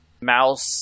mouse